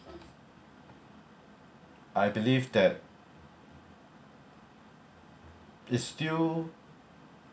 I believe that it's still